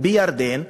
בירדן,